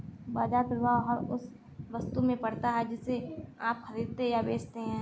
बाज़ार प्रभाव हर उस वस्तु से पड़ता है जिसे आप खरीदते या बेचते हैं